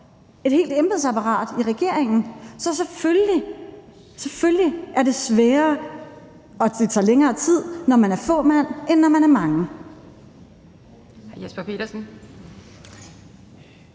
et helt embedsapparat i regeringen. Så selvfølgelig – selvfølgelig – er det sværere og tager længere tid, når man er få mand, end når man er mange. Kl. 17:51 Anden